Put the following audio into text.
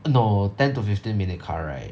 no ten to fifteen minute car ride